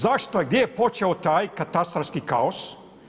Zašto, gdje je počeo taj katastarski kaos?